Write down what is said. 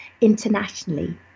internationally